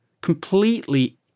completely